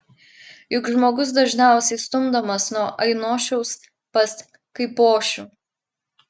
juk žmogus dažniausiai stumdomas nuo ainošiaus pas kaipošių